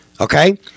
Okay